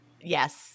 Yes